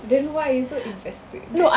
then why are you so invested